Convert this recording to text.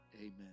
Amen